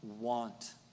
want